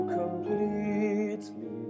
completely